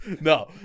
No